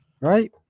Right